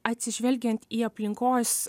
atsižvelgiant į aplinkos